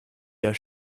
der